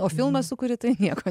o filmas sukuri tai nieko